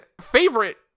favorite